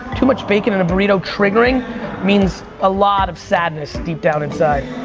too much bacon in a burrito triggering means a lot of sadness deep down inside.